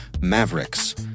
Mavericks